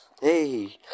hey